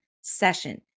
session